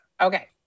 Okay